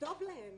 טוב להן,